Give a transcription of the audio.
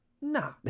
nah